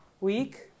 week